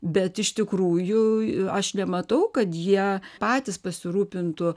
bet iš tikrųjų aš nematau kad jie patys pasirūpintų